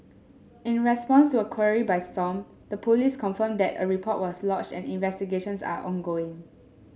in response to a query by Stomp the police confirmed that a report was lodged and investigations are ongoing